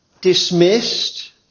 dismissed